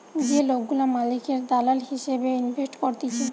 যে লোকগুলা মালিকের দালাল হিসেবে ইনভেস্ট করতিছে